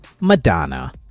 Madonna